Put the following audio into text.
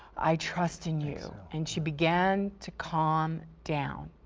i trust in you. and she began to calm down.